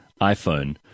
iPhone